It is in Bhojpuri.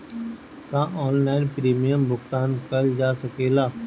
का ऑनलाइन प्रीमियम भुगतान कईल जा सकेला?